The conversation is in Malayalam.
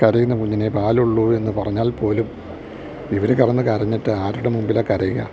കരയുന്ന കുഞ്ഞിനെ പാൽ ഉള്ളൂ എന്ന് പറഞ്ഞാൽ പോലും ഇവർ കിടന്ന് കരഞ്ഞിട്ട് ആരുടെ മുമ്പിലാ കരയുക